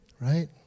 right